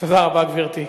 תודה רבה, גברתי.